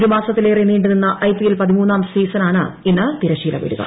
ഒരു മാസത്തിലേറെ നീണ്ടുനിന്ന ഐപിഎൽ പതിമൂന്നാം സീസണാണ് ഇന്ന് തിരശ്ശീല വീഴുക